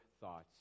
thoughts